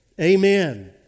amen